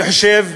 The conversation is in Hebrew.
אני חושב